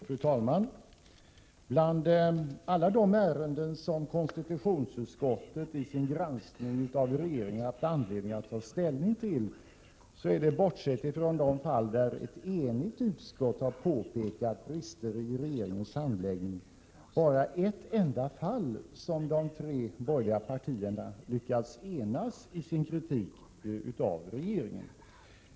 Fru talman! Bland alla de ärenden som konstitutionsutskottet i sin granskning av regeringen har haft anledning att ta ställning är det, bortsett från de fall där ett enigt utskott har påpekat brister i regeringens handläggning, bara i ett enda fall som de tre borgerliga partierna lyckats enas i sin kritik av regeringen.